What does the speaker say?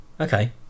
Okay